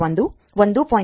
2 ಇಂದ 1